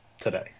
today